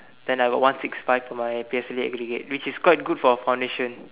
then I got one six five for my P_S_L_E aggregate which is quite good for foundation